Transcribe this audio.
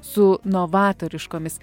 su novatoriškomis